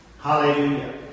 Hallelujah